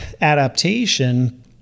adaptation